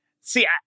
see